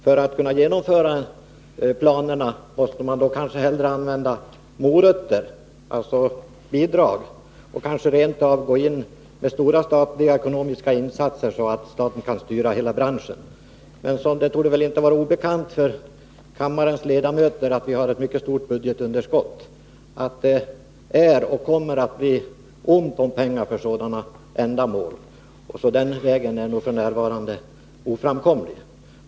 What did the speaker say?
För att kunna genomföra planerna är det kanske bättre att man använder ”morötter”, dvs. bidrag i olika former. Ibland måste kanske de statliga åtgärderna vara så omfattande att staten kommer att styra hela branschen. Det torde emellertid inte vara obekant för kammarens ledamöter att vi har ett stort budgetunderskott, vilket gör att det kommer att bli ont om pengar för sådana ändamål. Den vägen är alltså f. n. oframkomlig.